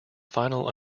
final